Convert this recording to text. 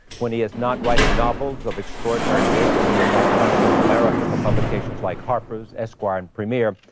when he is not writing novels of extraordinary length, he is out chronicling america for publications like harper's, esquire and premiere.